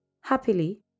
Happily